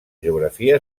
geografia